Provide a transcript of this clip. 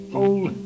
old